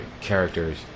characters